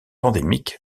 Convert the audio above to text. endémiques